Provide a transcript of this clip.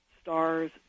stars